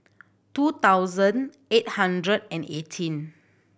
two thousand eight hundred and eighteen